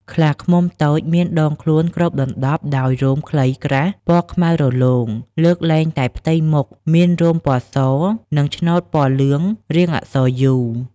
ខ្លាឃ្មុំតូច មានដងខ្លួនគ្របដណ្តប់ដោយរោមខ្លីក្រាស់ពណ៌ខ្មៅរលោង លើកលែងតែផ្ទៃមុខមានរោមពណ៌ស និងឆ្នូតពណ៌លឿងរាងអក្សរ U)។